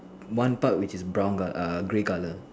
one part which is brown col~ uh grey color